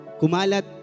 kumalat